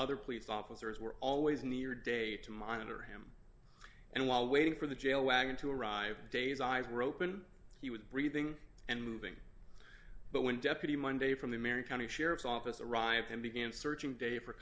other police officers were always near day to monitor him and while waiting for the jail wagon to arrive days eyes were open he was breathing and moving but when deputy monday from the american sheriff's office arrived and began searching day for